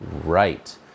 Right